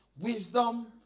wisdom